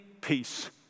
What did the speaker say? peace